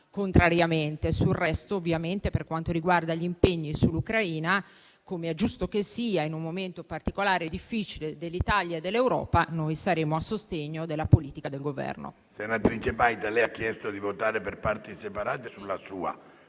maggioranza. Sul resto, per quanto riguarda gli impegni sull'Ucraina, come è giusto che sia in un momento particolare e difficile dell'Italia e dell'Europa, noi saremo a sostegno della politica del Governo. PRESIDENTE. Senatrice Paita lei ha chiesto di votare per parti separate la